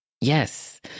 yes